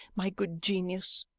my good genius.